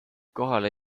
kohale